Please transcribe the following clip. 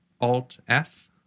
Alt-F